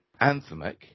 anthemic